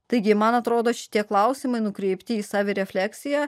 taigi man atrodo šitie klausimai nukreipti į savirefleksiją